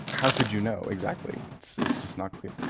how could you know exactly? it's it's just not clear.